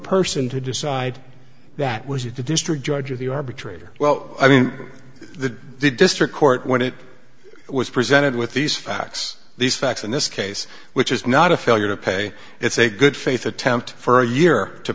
person to decide that was it the district judge of the arbitrator well i mean the district court when it was presented with these facts these facts in this case which is not a failure to pay it's a good faith attempt for a year to